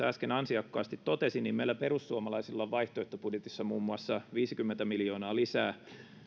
äsken ansiokkaasti totesi niin meillä perussuomalaisilla on vaihtoehtobudjetissa muun muassa viisikymmentä miljoonaa lisää